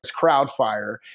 CrowdFire